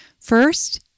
First